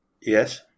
Yes